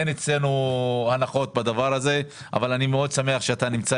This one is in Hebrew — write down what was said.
אין אצלנו הנחות בדבר הזה אבל אני מאוד שמח שאתה נמצא